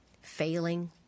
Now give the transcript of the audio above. failing